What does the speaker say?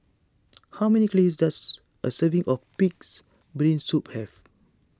how many calories does a serving of Pig's Brain Soup have